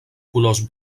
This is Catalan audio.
colors